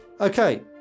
Okay